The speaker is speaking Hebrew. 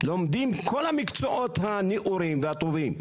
לומדים כל המקצועות הנאורים והטובים.